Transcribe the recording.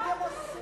אבל מה אתם עושים?